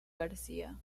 garcía